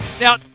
now